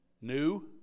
new